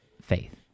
faith